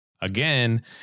again